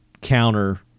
counter